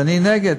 אז אני נגד.